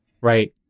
right